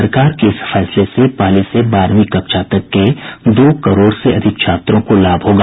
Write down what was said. सरकार के इस फैसले से पहली से बारहवीं कक्षा तक के दो करोड़ से अधिक छात्रों को लाभ होगा